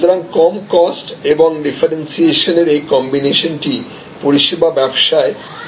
সুতরাং কম কস্ট এবং ডিফারেন্সিয়েশনর এই কম্বিনেশন টি পরিষেবা ব্যবসায় প্রায় নিয়ম হয়ে উঠছে